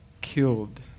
killed